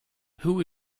who